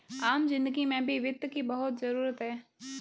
आम जिन्दगी में भी वित्त की बहुत जरूरत है